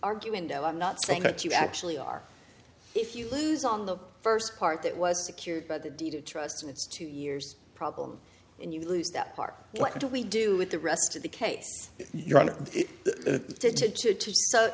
argument i'm not saying that you actually are if you lose on the first part that was secured by the deed of trust and it's two years problem and you lose that part what do we do with the rest of the case